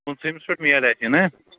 پٍنٛژٕہمِس پیٚٹھ میلہِ اَسہِ نا